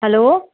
hello